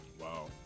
Wow